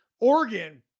Oregon